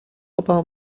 about